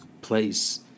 place